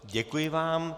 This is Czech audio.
Děkuji vám.